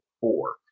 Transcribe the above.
four